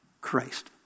Christ